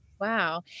Wow